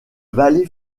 valet